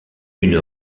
une